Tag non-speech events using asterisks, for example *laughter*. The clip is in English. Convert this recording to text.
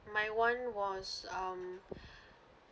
my one was um *breath*